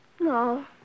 No